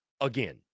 again